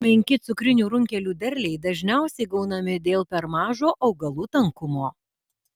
menki cukrinių runkelių derliai dažniausiai gaunami dėl per mažo augalų tankumo